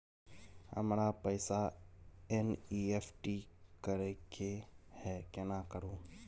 हमरा पैसा एन.ई.एफ.टी करे के है केना करू?